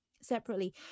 separately